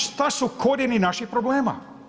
Što su korijeni naših problema?